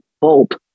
bolt